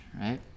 right